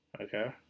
Okay